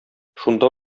шунда